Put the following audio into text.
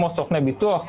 כמו סוכני ביטוח,